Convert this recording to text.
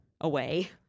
away